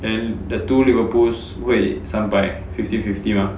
and the two Liverpools 会三百 fifty fifty mah